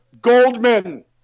Goldman